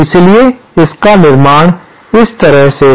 इसलिए इसका निर्माण इस तरह से है